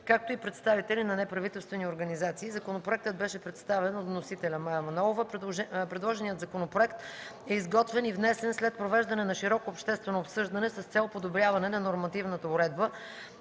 както и представители на неправителствени организации. Законопроектът беше представен от вносителя Мая Манолова. Предложеният законопроект е изготвен и внесен след провеждане на широко обществено обсъждане с цел подобряване на нормативната уредба